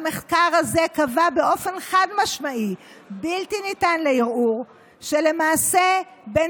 במחקר הזה נקבע באופן חד-משמעי ובלתי ניתן לערעור שלמעשה בין